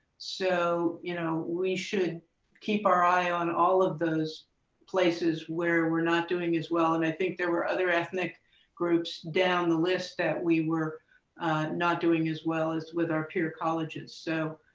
so, you know, we should keep our eye on all of those places where we're not doing as well, and i think there were other ethnic groups down the list that we were not doing as well as with our peer colleges. so